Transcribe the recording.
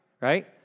right